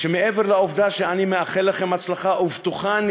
מעבר לעובדה שאני מאחל לכם הצלחה ובטוחני